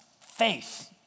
faith